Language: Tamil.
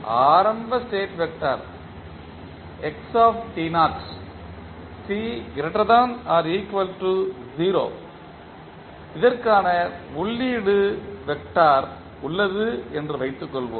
ஆரம்ப ஸ்டேட் வெக்டார் t≥0 க்கான உள்ளீட்டு வெக்டார் உள்ளது என்று வைத்துக் கொள்வோம்